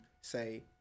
say